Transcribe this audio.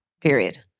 period